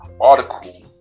article